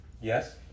Yes